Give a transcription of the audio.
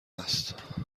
است